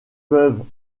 peuvent